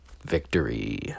Victory